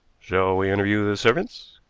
shall we interview the servants?